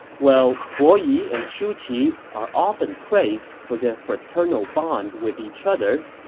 well, bo yi and shu qi are often praised for their fraternal bond with each other.